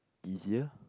easier